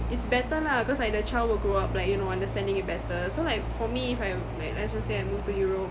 it's better lah cause like the child will grow up like you know understanding it better so like for me if I'm like let's just say I move to europe